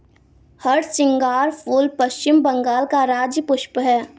हरसिंगार फूल पश्चिम बंगाल का राज्य पुष्प है